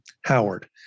Howard